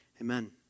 Amen